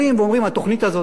התוכנית הזאת לא טובה.